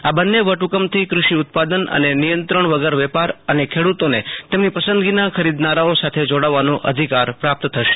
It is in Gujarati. આ બન્ને વટફકમથી કૃષિ ઉત્પાદન અને નિયંત્રણ વગર વેપાર અને ખેડૂતોને તેમની પૂસંદગીના ખરીદનારાઓ સાથે જોડાવાનો અધિકાર પ્રાપ્ત થશે